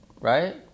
right